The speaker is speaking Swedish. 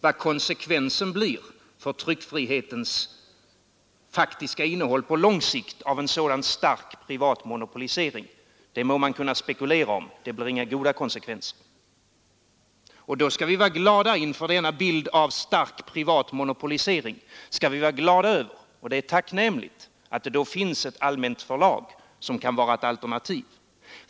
Vad konsekvensen blir för tryckfrihetens faktiska innehåll på lång sikt av en sådan stark privat monopolisering må man spekulera i. Det blir inga goda konsekvenser. Inför denna bild av stark privat monopolisering skall vi vara glada över att det finns ett förlag som kan vara ett alternativ. Det är tacknämligt.